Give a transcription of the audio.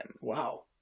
Wow